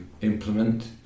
implement